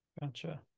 Gotcha